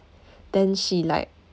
then she like